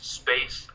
space